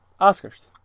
Oscars